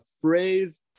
Phrase